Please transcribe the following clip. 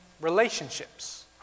relationships